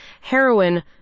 heroin